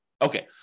Okay